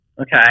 Okay